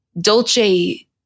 Dolce